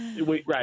Right